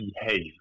behave